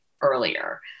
earlier